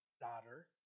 daughter